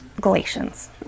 galatians